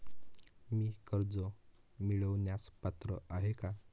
मी कर्ज मिळवण्यास पात्र आहे का?